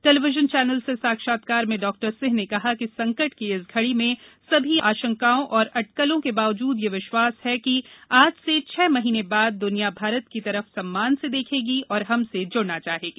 television channel से साक्षात्कार में डॉक्टर सिंह ने कहा कि संकट की इस घड़ी में सभी आशंकाओं और अटकलों के बावजुद यह विश्वास है कि आज से छह महीने बाद द्वनिया भारत की तरफ सम्मान से देखेगी और हम से ज्ड़ना चाहेगी